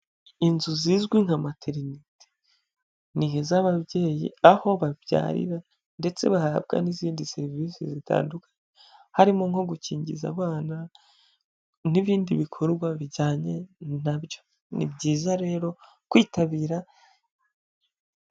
Inzu zizwi nka materineti, ni iz'ababyeyi aho babyarira ndetse bahabwa n'izindi serivisi zitandukanye, harimo nko gukingiza abana n'ibindi bikorwa bijyanye na byo, ni byiza rero kwitabira.